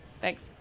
thanks